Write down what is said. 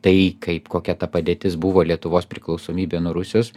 tai kaip kokia ta padėtis buvo lietuvos priklausomybė nuo rusijos